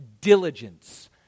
diligence